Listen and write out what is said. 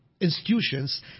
institutions